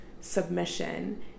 submission